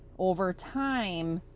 over time,